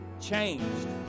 Changed